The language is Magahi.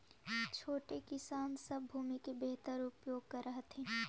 छोटे किसान सब भूमि के बेहतर उपयोग कर हथिन